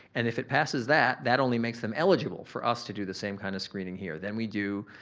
and if it passes that that only makes them eligible for us to do the same kind of screening here. then we do,